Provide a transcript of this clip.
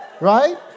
Right